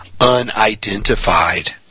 unidentified